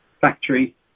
factory